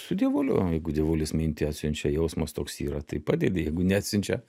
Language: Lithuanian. su dievuliu jeigu dievulis mintį atsiunčia jausmas toks yra tai padedi jeigu neatsiunčia